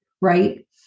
Right